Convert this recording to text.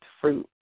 fruit